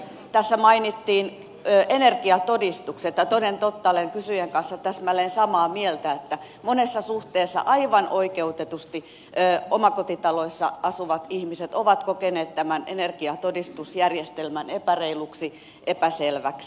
tässä mainittiin energiatodistukset ja toden totta olen kysyjän kanssa täsmälleen samaa mieltä että monessa suhteessa aivan oikeutetusti omakotitaloissa asuvat ihmiset ovat kokeneet tämän energiatodistusjärjestelmän epäreiluksi epäselväksi